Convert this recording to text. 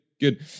Good